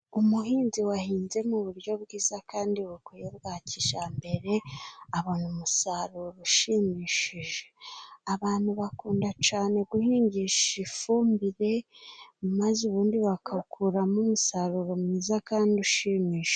Umuhinzi wahinze mu buryo bwiza kandi bukwiye bwa kijambere abona umusaruro ushimishije. Abantu bakunda cane guhingisha ifumbire maze ubundi bakawukuramo umusaruro mwiza kandi ushimishije.